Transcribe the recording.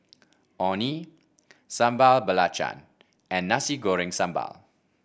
Orh Nee Sambal Belacan and Nasi Goreng Sambal